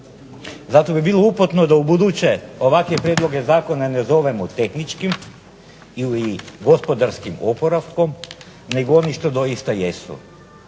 Zato bi bilo uputno da ubuduće ovakve prijedloge zakona ne zovemo tehničkim ili gospodarskim oporavkom nego oni što doista jesu.